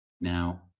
Now